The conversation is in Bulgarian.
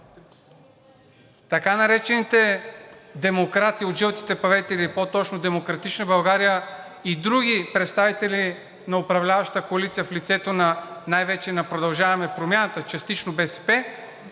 така наречените демократи от жълтите павета, или по-точно „Демократична България“ и други представители на управляващата коалиция в лицето най-вече на „Продължаваме Промяната“, частично БСП,